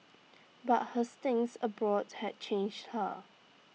but her stints abroad had changed her